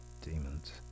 demons